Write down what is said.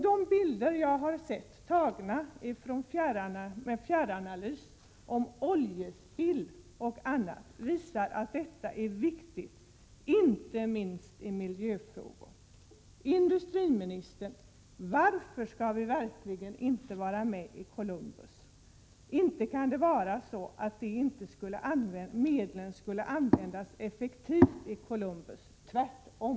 De bilder jag har sett, gjorda med fjärranalys avseende oljespill och annat, visar att detta är viktigt inte minst när det gäller miljöfrågorna. Varför, industriministern, skall vi inte vara med i Columbusprojektet? Inte kan det väl vara så att medlen inte skulle användas effektivt i Columbus, tvärtom!